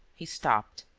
he stopped.